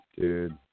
dude